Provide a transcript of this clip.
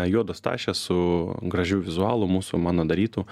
juodos tašės su gražiu vizualu mūsų mano darytu